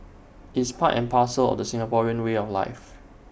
it's part and parcel of the Singaporean way of life